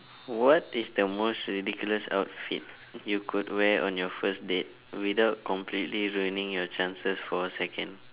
what is the most ridiculous outfit you could wear on your first date without completely ruining your chances for a second